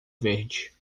verde